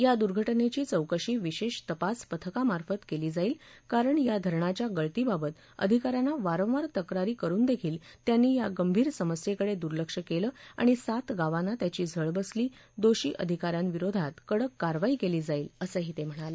या दुर्घटनेची चौकशी विशेष तपास पथकामार्फत केली जाईल कारण या धरणाच्या गळतीबाबत अधिकाऱ्यांना वारंवार तक्रारी करुन देखील त्यांनी या गंभीर समस्येकडे दुर्लक्ष केलं आणि सात गावांना त्याची झळ बसली दोषी अधिकाऱ्यांविरोधात कडक कारवाई केली जाईल असंही ते म्हणाले